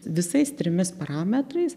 visais trimis parametrais